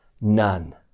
None